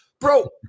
bro